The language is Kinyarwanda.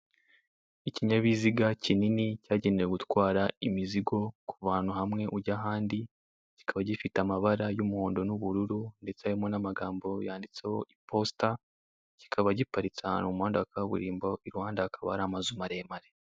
Ikinyabiziga kinini cyagenewe gutwara imizigo kuva ahantu hamwe ujya ahandi, kikaba gifite amabara y'umuhondo n'ubururu, ndetse harimo n'amagambo yanditseho iposita, kikaba giparitse ahantu mu muhanda wa kaburimbo iruhande hakaba hari amazu maremare.